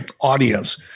audience